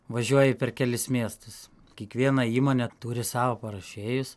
važiuoji per kelis miestus kiekviena įmonė turi savo paruošėjus